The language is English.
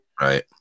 Right